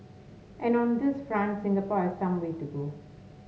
and on this front Singapore has some way to go